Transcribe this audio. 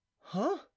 Huh